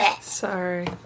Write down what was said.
Sorry